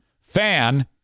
fan